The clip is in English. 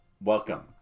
welcome